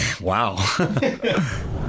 Wow